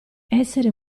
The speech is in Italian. essere